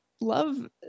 love